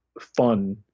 fun